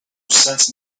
sense